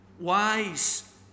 wise